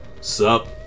Sup